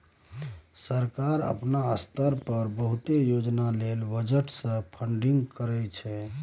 सरकार अपना स्तर पर बहुते योजना लेल बजट से फंडिंग करइ छइ